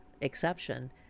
exception